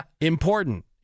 Important